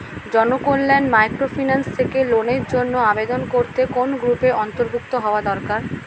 Janakalyan microfinance থেকে লোনের জন্য আবেদন করতে কোন গ্রুপের অন্তর্ভুক্ত হওয়া দরকার?